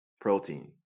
protein